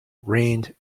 rained